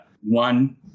one